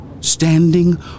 standing